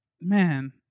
Man